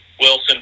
wilson